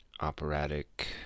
operatic